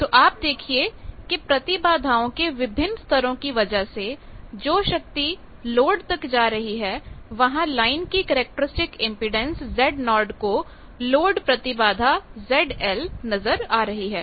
तो आप देखिए कि प्रतिबाधाओं के विभिन्न स्तरों की वजह से जो शक्ति लोड तक जा रही है वहां लाइन की कैरेक्टरिस्टिक इम्पीडेन्स Zo को लोड प्रतिबाधा ZL नजर आ रही है